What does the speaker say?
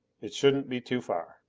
it shouldn't be too far.